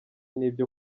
n’ibyo